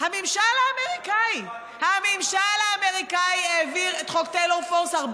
לא פשוט לדבר אחריך, מסיבה